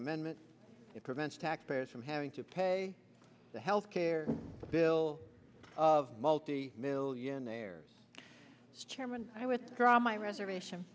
amendment it prevents taxpayers from having to pay the health care bill of multi millionaires chairman i withdraw my reservation